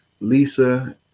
Lisa